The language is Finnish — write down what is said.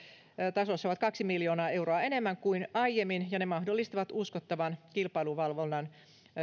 tasossa ovat kaksi miljoonaa euroa enemmän kuin aiemmin ja ne mahdollistavat uskottavan kilpailuvalvonnan